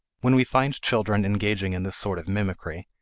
when we find children engaging in this sort of mimicry,